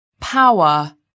Power